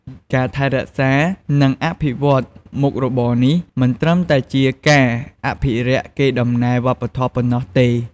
ការថែរក្សា និងអភិវឌ្ឍន៍មុខរបរនេះ មិនត្រឹមតែជាការអភិរក្សកេរដំណែលវប្បធម៌ប៉ុណ្ណោះទេ។